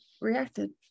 reacted